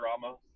drama